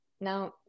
now